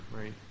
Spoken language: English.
Right